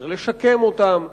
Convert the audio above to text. צריך לשקם אותם,